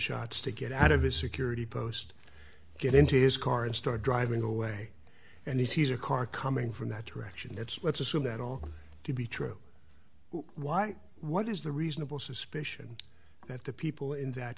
shots to get out of his security post get into his car and start driving away and he sees a car coming from that direction that's let's assume that all to be true why what is the reasonable suspicion that the people in that